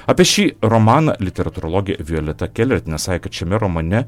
apie šį romaną literatūrologė violeta kelertienė sakė kad šiame romane